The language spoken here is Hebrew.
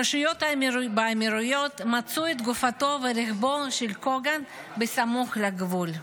הרשויות באמירויות מצאו את גופתו ורכבו של קוגן סמוך לגבול.